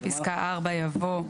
אחרי פסקה (4) יבוא: